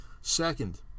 Second